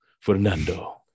fernando